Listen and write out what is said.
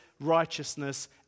righteousness